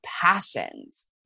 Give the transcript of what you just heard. passions